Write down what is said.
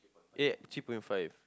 eh three point five